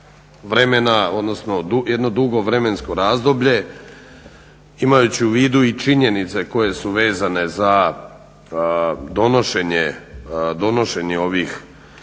vremena odnosno jedno dugo vremensko razdoblje, imajući u vidu i činjenice koje su vezane za donošenje ovih